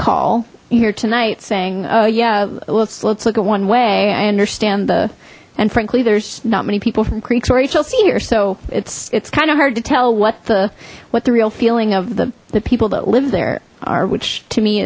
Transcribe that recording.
that all here tonight saying yeah let's let's look at one way i understand the and frankly there's not many people from creeks or a chelsea here so it's it's kind of hard to tell what the what the real feeling of the the people that live there are which to me